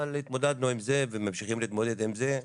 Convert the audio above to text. אבל התמודדנו עם זה וממשיכים להתמודד עם זה.